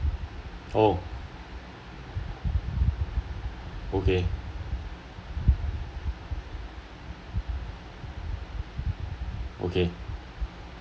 oh okay okay